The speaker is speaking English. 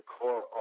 core